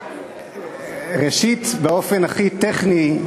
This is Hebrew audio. ראשית, באופן הכי טכני,